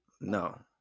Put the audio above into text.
No